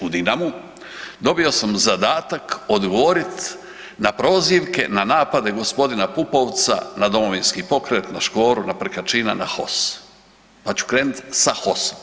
u Dinamu, dobio sam zadatak odgovorit na prozivke na napade g. Pupovca na Domovinski pokret, na Škoru, na Prkačina, na HOS, pa ću krenut sa HOS-om.